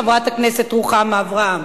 חברת הכנסת רוחמה אברהם.